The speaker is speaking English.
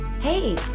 Hey